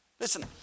Listen